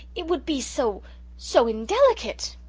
it would be so so indelicate.